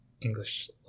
English